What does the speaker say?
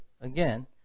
again